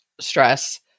stress